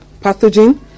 pathogen